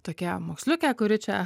tokia moksliukė kuri čia